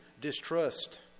distrust